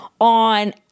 on